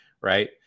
Right